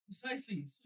Precisely